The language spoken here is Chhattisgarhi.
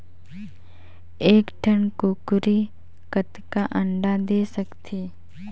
एक ठन कूकरी कतका अंडा दे सकथे?